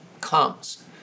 comes